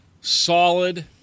solid